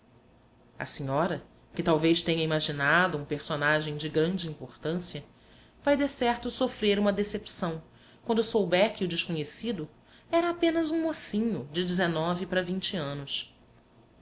a senhora que talvez tenha imaginado um personagem de grande importância vai decerto sofrer uma decepção quando souber que o desconhecido era apenas um mocinho de dezenove para vinte anos